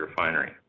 refinery